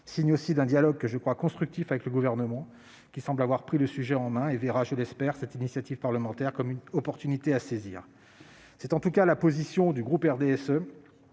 signe aussi d'un dialogue que je crois constructif avec le Gouvernement, qui semble avoir pris le sujet en main et verra, je l'espère, cette initiative parlementaire comme une opportunité à saisir. C'est en tout cas la position du groupe RDSE,